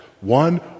one